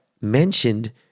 mentioned